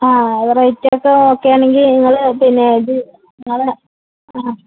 ആ റേറ്റൊക്കെ ഓക്കെയാണെങ്കില് നിങ്ങള് പിന്നെ ഇത് നിങ്ങളുടെ ആ